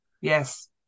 Yes